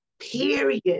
period